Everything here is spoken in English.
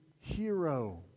hero